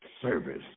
service